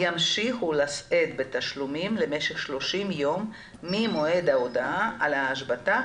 ימשיכו לשאת בתשלומים למשך שלושים יום ממועד ההודעה על ההשבתה